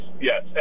yes